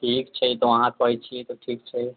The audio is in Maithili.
ठीक छै अहाँ कहैत छियै तऽ ठीक छै